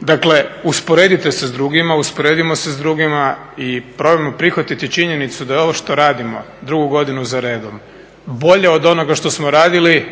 Dakle, usporedite se sa drugima, usporedimo se sa drugima i probajmo prihvatiti činjenicu da je ovo što radimo drugu godinu za redom bolje od onoga što smo radili